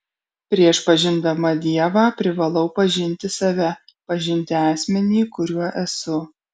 prieš pažindama dievą privalau pažinti save pažinti asmenį kuriuo esu